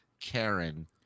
karen